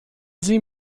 sie